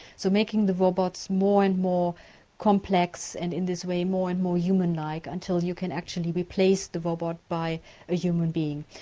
so making the robots more and more complex and in this way more and more human-like until you can actually replace the robot by a human being.